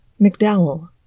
McDowell